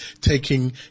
taking